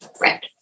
red